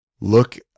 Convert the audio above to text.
Look